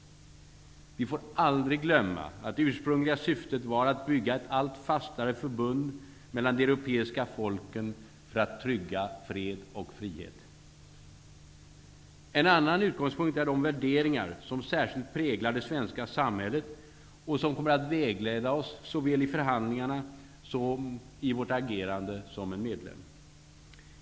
Vi får aldrig glömma att det ursprungliga syftet var att bygga ett allt fastare förbund mellan de europeiska folken för att trygga fred och frihet. En annan utgångspunkt är de värderingar som särskilt präglar det svenska samhället och som kommer att vägleda oss såväl i förhandlingarna som i vårt agerande som en medlem.